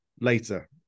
later